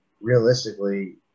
realistically